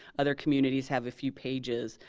ah their communities have a few pages.